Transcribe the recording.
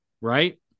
right